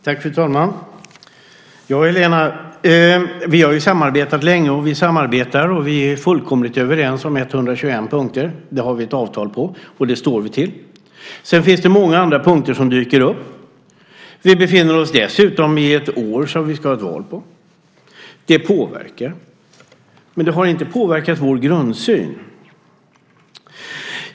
Fru talman! Ja, Helena, vi har samarbetat länge och vi samarbetar. Vi är fullkomligt överens om 121 punkter - det har vi ett avtal om, och det står vi för. Sedan finns det många andra punkter som dyker upp. Vi befinner oss dessutom i ett år då vi ska ha ett val. Det påverkar. Men det har inte påverkat vår grundsyn.